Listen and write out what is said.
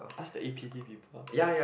ask the A_P_D people